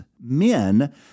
men